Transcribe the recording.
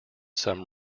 some